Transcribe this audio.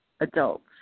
adults